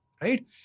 Right